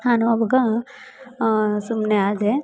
ನಾನು ಅವಾಗ ಸುಮ್ಮನೆ ಆದೆ